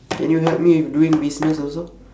can you help me with doing business also